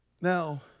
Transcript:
Now